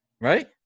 right